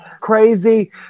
Crazy